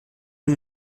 den